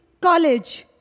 college